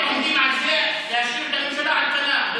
אתם עומדים על זה שתישאר הממשלה על כנה.